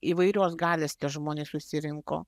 įvairios galios tie žmonės susirinko